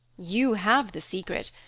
you have the secret,